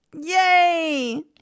Yay